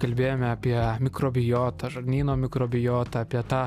kalbėjome apie mikrobiotą žarnyno mikrobiotą apie tą